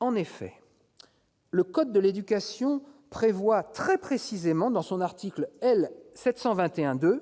En effet, le code de l'éducation prévoit très précisément, dans son article L. 721-2,